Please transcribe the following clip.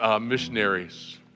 missionaries